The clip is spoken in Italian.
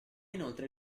inoltre